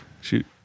Shoot